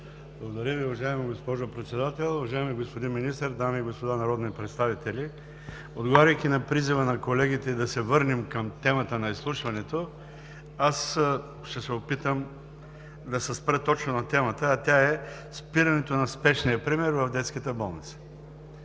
Благодаря Ви. Уважаема госпожо Председател, уважаеми господин Министър, дами и господа народни представители! Отговаряйки на призива на колегите да се върнем към темата на изслушването, ще се опитам да се спра точно на темата, а тя е: спиране на спешния прием в Детската болница.